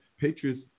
Patriots